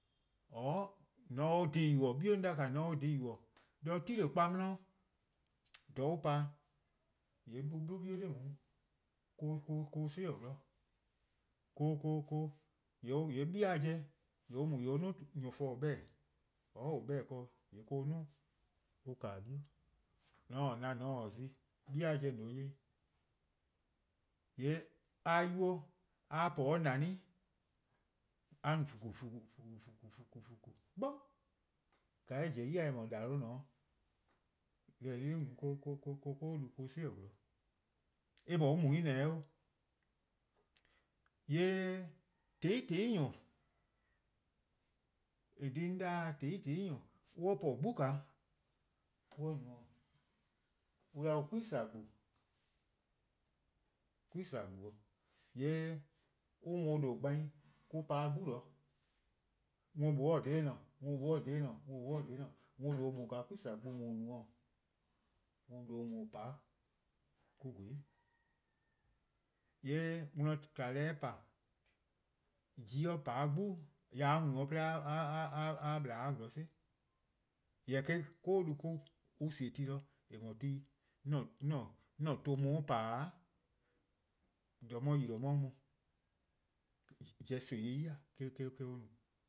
'Or :mor se or dhih yubo: 'bie' 'on 'da-a' :mor se or dhih yubo:, 'de 'blao 'di :dha on pa-dih-a :yee' on 'blu 'bie' 'da nae' 'de an 'si-dih 'zorn. :yee' 'bie' 'jeh :yee' on mu 'duo: :kornu: :on 'beh-a 'or :on 'beh-a ken-dih :yee' mo-: on pa-dih 'bie' :dao' worn 'i. :mor :on taa na :on taa zi 'bie'-a 'jeh :dao' :on se or 'ye 'i. :yee' :mor a 'ye or a po 'de neh, a no :vuku: :vuku: :vuku' 'vuku', :ka eh pobo-eh ya :eh mor :dhalu' :ne 'de, :yee' 'de nae 'de 'koko'-du 'si-dih zon, eh :mor on mu :ne 'o. :yee' :tehn 'i :tehn 'i nyor+, :eh :korn dhih 'on 'da-a':tehn 'i :tehn 'i nyor+ :mor on po 'gbu, on no-a, an 'da-dih-uh 'kwi-slaa-gbu:. 'Kwi-slaa-gbu: 'o. :yee' an worn :due' gbai, an worn :due' gbai mo-: pa 'de 'gbu :dao'. Worn 'nor se daa :ne, worn 'nor se :daa :ne, worn 'nor se :daa :ne, 'worn :due :daa 'kwi-slaa-gbu :on no-a 'o worn :due' :daa :on 'pa 'da 'de :gweh 'i. :yee' :mor worn :kma deh pa, :mor ji 'pa 'de 'gbu, :yee' :ka a mu no-' 'de a 'ye ple a 'ye 'sorn 'si :eh? Jorwor: 'koko'-du mo-: sie ti de :eh :mor ti 'an-a tuh-a mu-a :pa-dih-' dha 'on 'ye-a :yi-dih: 'on 'ye-a mu. Pobo: nimi-eh ya, eh-: eh no.